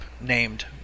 named